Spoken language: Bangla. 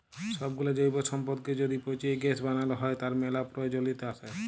সবগুলা জৈব সম্পদকে য্যদি পচিয়ে গ্যাস বানাল হ্য়, তার ম্যালা প্রয়জলিয়তা আসে